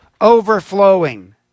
overflowing